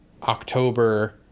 October